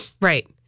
right